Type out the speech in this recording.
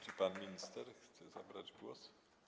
Czy pan minister chce zabrać głos?